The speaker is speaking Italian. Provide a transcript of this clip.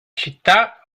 città